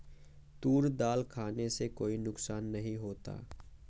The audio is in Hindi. तूर दाल खाने से कोई नुकसान नहीं होता